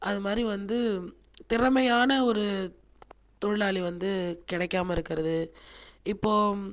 அது மாதிரி வந்து திறமையான ஒரு தொழிலாளி வந்து கிடைக்காமல் இருக்கிறது இப்போது